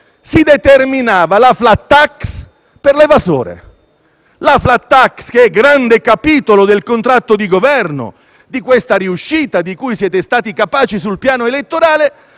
Si determinava la *flat tax* per l'evasore. La *flat tax*, che è un grande capitolo del contratto di Governo, di questa riuscita di cui siete stati capaci sul piano elettorale,